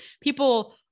people